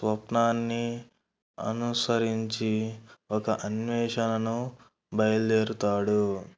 స్వప్నాన్ని అనుసరించి ఒక అన్వేషాలను బయలుదేరుతాడు